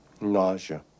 nausea